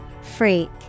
Freak